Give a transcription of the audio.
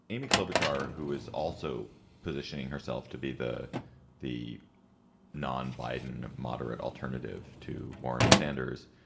amy klobuchar, who is also positioning herself to be the the non biden moderate alternative to warren and sanders.